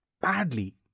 badly